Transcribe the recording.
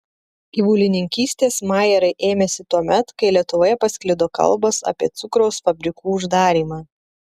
gyvulininkystės majerai ėmėsi tuomet kai lietuvoje pasklido kalbos apie cukraus fabrikų uždarymą